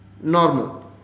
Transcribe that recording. normal